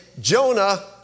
Jonah